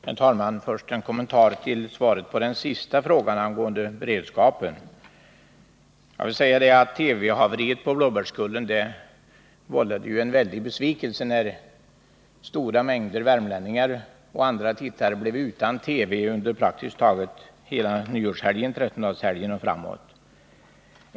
Herr talman! Först en kommentar till svaret på den sista frågan angående beredskapen. TV-haveriet på Blåbärskullen vållade en väldig besvikelse, när en stor mängd värmlänningar och andra TV-tittare blev utan TV-bild under praktiskt taget hela nyårshelgen, trettondagshelgen och framåt.